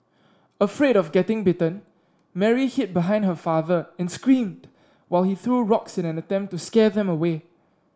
afraid of getting bitten Mary hid behind her father and screamed while he threw rocks in an attempt to scare them away